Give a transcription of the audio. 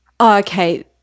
okay